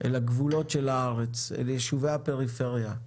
לגבולות של הארץ, ליישובי הפריפריה,